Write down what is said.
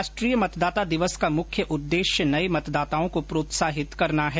राष्ट्रीय मतदाता दिवस का मुख्य उद्देश्य नये मतदाताओं को प्रोत्साहित करना है